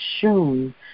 shown